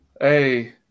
Hey